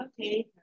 okay